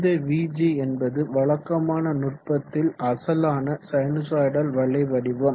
இந்த vg என்பது வழக்கமான நுட்பத்தில் அசலான சைனுசொய்டல் அலைவடிவம்